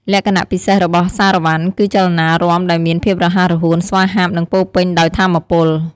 លក្ខណៈពិសេសរបស់សារ៉ាវ៉ាន់ គឺចលនារាំដែលមានភាពរហ័សរហួន ស្វាហាប់ និងពោរពេញដោយថាមពល។